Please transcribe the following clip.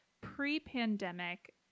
pre-pandemic